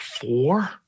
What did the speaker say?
Four